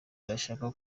arashaka